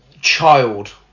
child